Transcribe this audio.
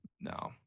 No